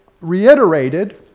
reiterated